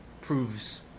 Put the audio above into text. proves